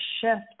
shift